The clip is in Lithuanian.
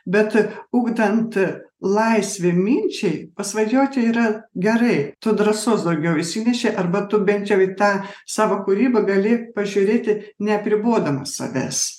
bet ugdant laisvę minčiai pasvajoti yra gerai tu drąsos daugiau įsineši arba tu bent jau į tą savo kūrybą gali pažiūrėti neapribodamas savęs